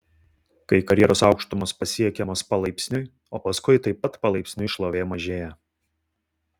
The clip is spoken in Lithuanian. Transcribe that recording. kai karjeros aukštumos pasiekiamos palaipsniui o paskui taip pat palaipsniui šlovė mažėja